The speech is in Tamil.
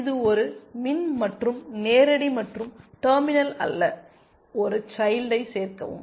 இது ஒரு மின் மற்றும் நேரடி மற்றும் டெர்மினல் அல்ல ஒரு சைல்டை சேர்க்கவும்